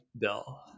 Bill